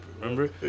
remember